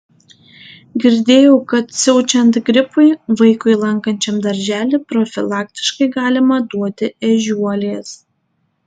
girdėjau kad siaučiant gripui vaikui lankančiam darželį profilaktiškai galima duoti ežiuolės